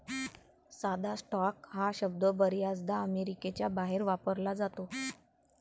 साधा स्टॉक हा शब्द बर्याचदा अमेरिकेच्या बाहेर वापरला जातो